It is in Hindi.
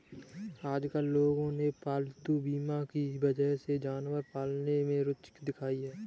आजकल लोगों ने पालतू बीमा की वजह से जानवर पालने में रूचि दिखाई है